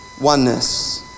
oneness